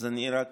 אני רק